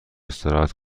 استراحت